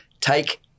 take